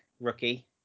rookie